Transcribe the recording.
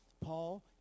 Paul